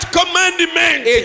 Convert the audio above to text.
commandment